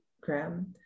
Graham